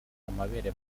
amabere